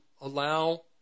allow